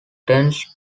tends